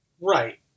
right